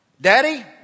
Daddy